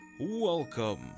Welcome